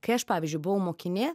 kai aš pavyzdžiui buvau mokinė